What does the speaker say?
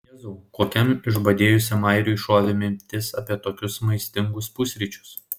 jėzau kokiam išbadėjusiam airiui šovė mintis apie tokius maistingus pusryčius